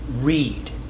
read